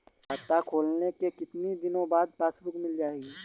खाता खोलने के कितनी दिनो बाद पासबुक मिल जाएगी?